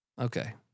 Okay